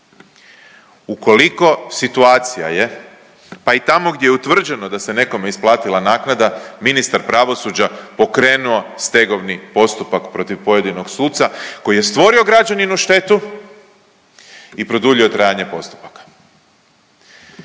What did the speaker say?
Ukoliko situacija je, pa i tamo gdje je utvrđeno da se nekome isplatila naknada, ministar pravosuđa pokrenuo stegovni postupak protiv pojedinog suca koji je stvorio građaninu štetu i produljio trajanje postupaka.